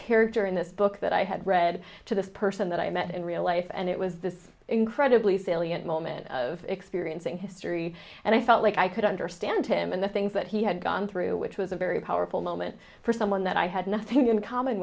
character in this book that i had read to the person that i met in real life and it was this incredibly salient moment of experiencing history and i felt like i could understand him and the things that he had gone through which was a very powerful moment for someone that i had nothing in common